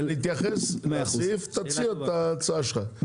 עוד פעם, נתייחס לסעיף תציע את ההצעה שלך.